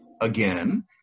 again